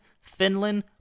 Finland